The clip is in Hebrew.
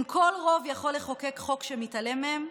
אם כל רוב יכול לחוקק חוק שמתעלם מהם,